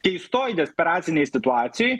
keistoj desperacinėj situacijoj